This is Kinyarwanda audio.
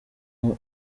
konti